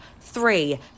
three